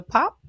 Pop